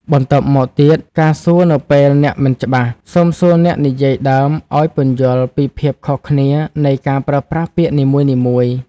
បន្ទាប់មកទៀតការសួរនៅពេលអ្នកមិនច្បាស់ សូមសួរអ្នកនិយាយដើមឱ្យពន្យល់ពីភាពខុសគ្នានៃការប្រើប្រាស់ពាក្យនីមួយៗ។